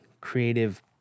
creative